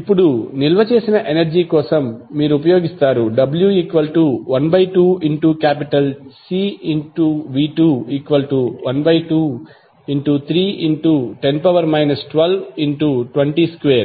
ఇప్పుడు నిల్వ చేసిన ఎనర్జీ కోసం మీరు ఉపయోగిస్తారు w12Cv212310 12202600pJ